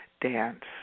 dance